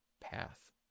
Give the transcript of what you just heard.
path